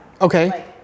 Okay